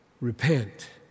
repent